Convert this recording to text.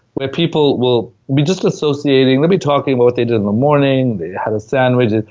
where people will be just associating, they'll be talking about what they did in the morning they had a sandwich,